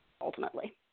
ultimately